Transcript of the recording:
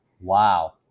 Wow